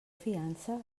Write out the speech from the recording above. fiança